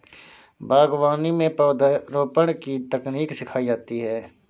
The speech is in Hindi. बागवानी में पौधरोपण की तकनीक सिखाई जाती है